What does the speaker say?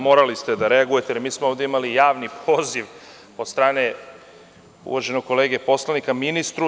Morali ste da reagujete, jer mi smo ovde imali javni poziv od strane uvaženog kolege poslanika ministru.